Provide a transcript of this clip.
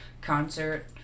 concert